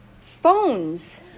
Phones